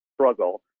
struggle